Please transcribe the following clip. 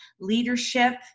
leadership